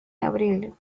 abril